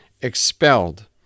expelled